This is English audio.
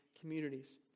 communities